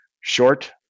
short